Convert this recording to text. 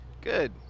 Good